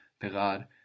pegar